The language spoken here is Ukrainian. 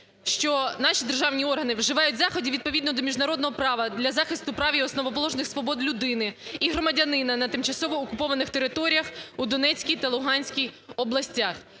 що наші державні органи вживають заходів відповідно до міжнародного права для захисту прав і основоположних свобод людини і громадянина на тимчасово окупованих територіях Донецької та Луганської областях.